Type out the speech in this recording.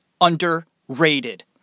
Underrated